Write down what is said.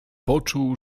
poczuł